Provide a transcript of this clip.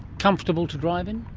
comfortable to drive in?